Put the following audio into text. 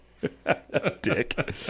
Dick